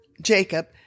Jacob